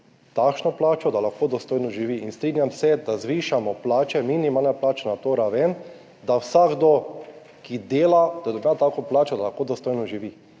takšno plačo, da lahko dostojno živi. In strinjam se, da zvišamo plače, minimalne plače na to raven, da vsakdo, ki dela, dobi tako plačo, da lahko dostojno živi.